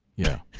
yeah.